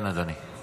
כן, אדוני.